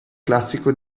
classico